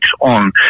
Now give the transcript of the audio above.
on